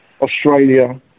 Australia